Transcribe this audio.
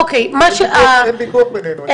אין ויכוח בינינו.